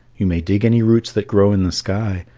you may dig any roots that grow in the sky,